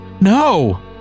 No